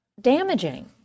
damaging